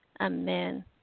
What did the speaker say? Amen